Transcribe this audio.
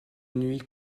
nuit